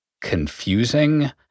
confusing